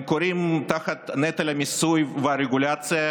הם כורעים תחת נטל המיסוי והרגולציה,